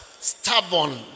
stubborn